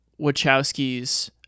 Wachowskis